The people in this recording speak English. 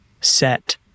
set